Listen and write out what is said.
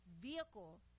vehicle